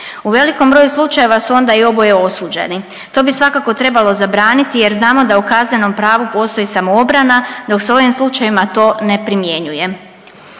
U velikom broju slučajeva su onda i oboje osuđeni. To bi svakako trebalo zabraniti jer znamo da u kaznenom pravu postoji samoobrana, dok se u ovim slučajevima to ne primjenjuje.